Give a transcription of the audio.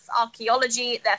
archaeology